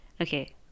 Okay